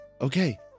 Okay